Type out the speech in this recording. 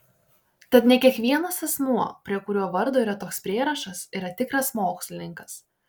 tad ne kiekvienas asmuo prie kurio vardo yra toks prierašas yra tikras mokslininkas